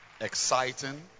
exciting